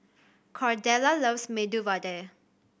Cordella loves Medu Vada